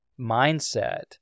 mindset